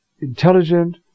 intelligent